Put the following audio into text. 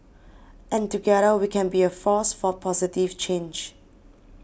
and together we can be a force for positive change